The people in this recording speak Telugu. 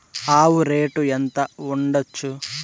ఆవు రేటు ఎంత ఉండచ్చు?